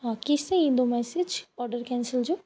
हा केसि ताईं ईंदो मैसेज ऑडर कैंसिल जो